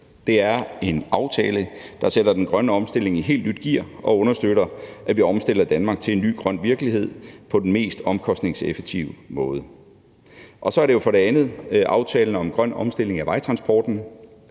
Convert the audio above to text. Det er en aftale, som sætter den grønne omstilling i et helt nyt gear og understøtter, at vi omstiller Danmark til en ny grøn virkelighed på den mest omkostningseffektive måde. For det andet er der aftalen om grøn omstilling af vejtransporten,